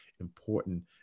important